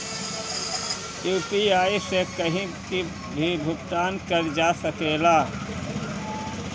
UPI से कहीं भी भुगतान कर जा सकेला?